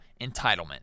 entitlement